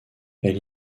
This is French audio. elle